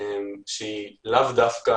שהיא לא זום.